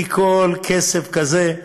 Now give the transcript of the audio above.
כי כל כסף כזה,